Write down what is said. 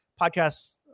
podcasts